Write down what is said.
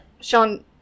Sean